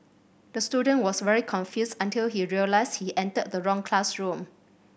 the student was very confused until he realised he entered the wrong classroom